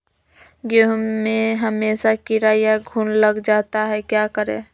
गेंहू में हमेसा कीड़ा या घुन लग जाता है क्या करें?